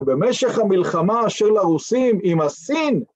במשך המלחמה של הרוסים עם הסין